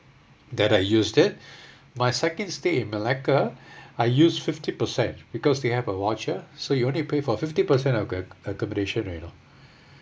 that I use that my second stay in melaka I use fifty percent because they have a voucher so you only pay for fifty percent acco~ accommodation you know